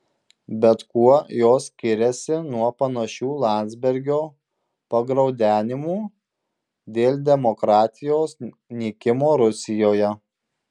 bet kuo jos skiriasi nuo panašių landsbergio pagraudenimų dėl demokratijos nykimo rusijoje